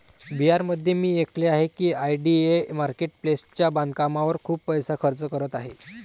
बिहारमध्ये मी ऐकले आहे की आय.डी.ए मार्केट प्लेसच्या बांधकामावर खूप पैसा खर्च करत आहे